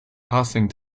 passing